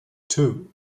two